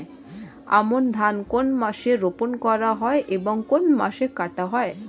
আমন ধান কোন মাসে রোপণ করা হয় এবং কোন মাসে কাটা হয়?